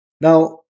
Now